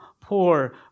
poor